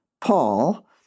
Paul